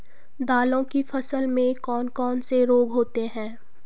दालों की फसल में कौन कौन से रोग होते हैं?